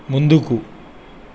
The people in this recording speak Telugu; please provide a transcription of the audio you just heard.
ముందుకు